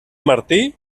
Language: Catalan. martí